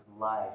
life